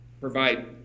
provide